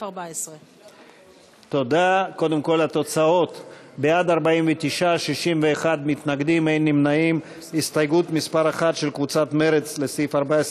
14. ההסתייגות של קבוצת סיעת מרצ לסעיף תקציבי 14,